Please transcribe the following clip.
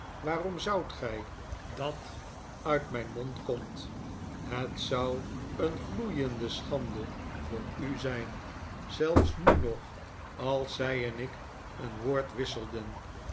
waarom zoudt gij dat uit mijn mond komt het zou een gloeiende schande voor u zijn zelfs nu nog als zij en ik een woord wisselden